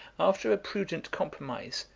after a prudent compromise,